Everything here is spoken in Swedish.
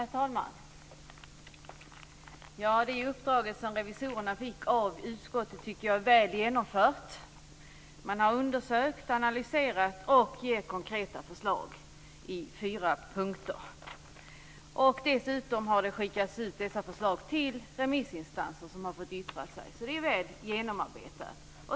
Herr talman! Jag tycker att det uppdrag som revisorerna fick av utskottet är väl genomfört. Man har undersökt, analyserat och lagt fram konkreta förslag i fyra punkter. Dessutom har dessa förslag skickats ut till remissinstanser som har fått yttra sig. Så det hela är väl genomarbetat.